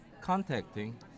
contacting